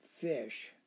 fish